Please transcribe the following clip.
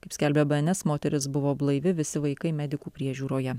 kaip skelbia bns moteris buvo blaivi visi vaikai medikų priežiūroje